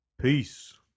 Peace